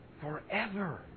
forever